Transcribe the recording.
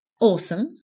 awesome